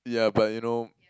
yeah but you know